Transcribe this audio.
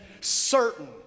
certain